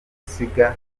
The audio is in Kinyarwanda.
gusiga